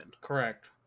correct